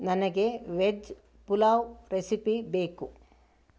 ನನಗೆ veg pulao recipe ಬೇಕು